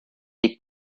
est